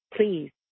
Please